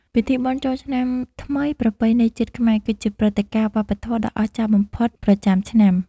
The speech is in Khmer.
ពិធីបុណ្យចូលឆ្នាំថ្មីប្រពៃណីជាតិខ្មែរ គឺជាព្រឹត្តិការណ៍វប្បធម៌ដ៏អស្ចារ្យបំផុតប្រចាំឆ្នាំ។